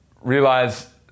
realize